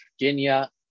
Virginia